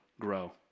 grow